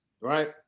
right